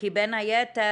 כי בין היתר